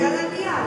זה על הנייר.